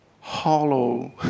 hollow